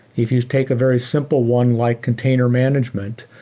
if you take a very simple one like container management,